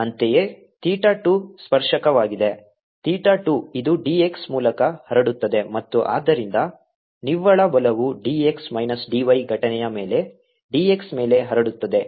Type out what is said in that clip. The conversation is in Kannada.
ಅಂತೆಯೇ ಥೀಟಾ 2 ಸ್ಪರ್ಶಕವಾಗಿದೆ ಥೀಟಾ 2 ಇದು d x ಮೂಲಕ ಹರಡುತ್ತದೆ ಮತ್ತು ಆದ್ದರಿಂದ ನಿವ್ವಳ ಬಲವು d x minus d y ಘಟನೆಯ ಮೇಲೆ d x ಮೇಲೆ ಹರಡುತ್ತದೆ